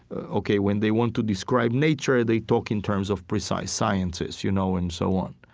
ok, when they want to describe nature they talk in terms of precise sciences you know and so on.